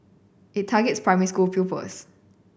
it targets primary school pupils